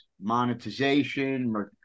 monetization